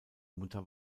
mutter